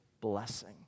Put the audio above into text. blessing